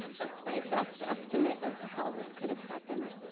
that's my best estimate of how this could have happened.